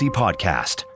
podcast